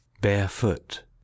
barefoot